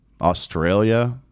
Australia